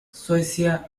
suecia